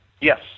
Yes